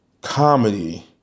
Comedy